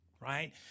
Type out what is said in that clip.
right